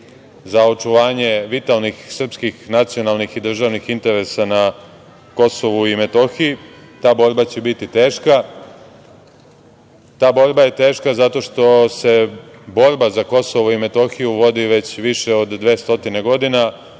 za očuvanje vitalnih srpskih, nacionalnih i državnih interesa na Kosovu i Metohiji. Ta borba će biti teška. Ta borba je teška zato što se borba za Kosovo i Metohiju vodi već više od 200 godina,